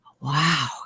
wow